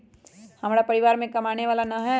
हमरा परिवार में कमाने वाला ना है?